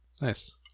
Nice